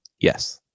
Yes